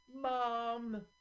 Mom